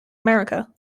america